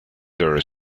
their